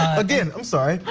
again, i'm sorry.